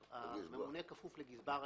הממונה כפוף לגזבר העיריה,